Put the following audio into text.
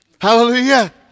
Hallelujah